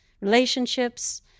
relationships